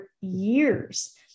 years